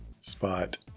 spot